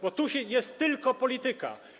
Bo tu jest tylko polityka.